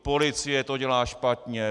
Policie to dělá špatně.